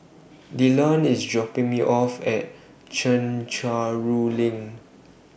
Dylon IS dropping Me off At Chencharu LINK